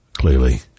clearly